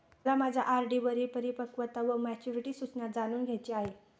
मला माझ्या आर.डी वरील परिपक्वता वा मॅच्युरिटी सूचना जाणून घ्यायची आहे